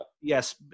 Yes